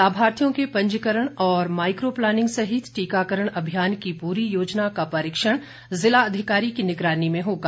लाभार्थियों के पंजीकरण और माइक्रोप्लानिंग सहित टीकाकरण अभियान की पूरी योजना का परीक्षण जिलाधिकारी की निगरानी में होगा